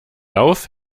lauf